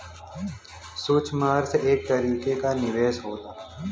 सूक्ष्म अर्थ एक तरीके क निवेस होला